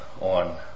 on